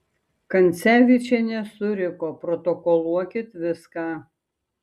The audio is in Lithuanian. kancevyčienė suriko protokoluokit viską